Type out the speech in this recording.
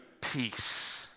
peace